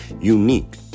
unique